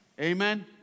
Amen